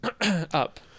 Up